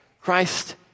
Christ